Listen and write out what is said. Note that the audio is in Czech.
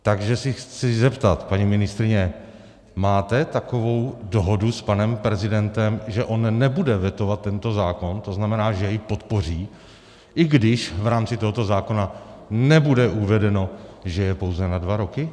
Takže se chci zeptat, paní ministryně, máte takovou dohodu s panem prezidentem, že on nebude vetovat tento zákon, to znamená, že jej podpoří, i když v rámci tohoto zákona nebude uvedeno, že je pouze na dva roky?